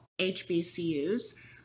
HBCUs